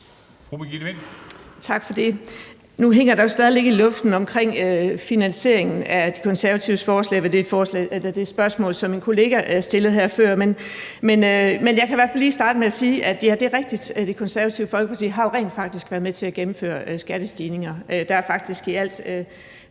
Nu hænger det jo stadig lidt i luften med finansieringen af De Konservatives forslag efter det spørgsmål, som min kollega stillede her før, men jeg kan i hvert fald lige starte med at sige, at ja, det er rigtigt: Det Konservative Folkeparti har jo rent faktisk været med til at gennemføre skattestigninger.